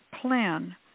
plan